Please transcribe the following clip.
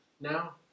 now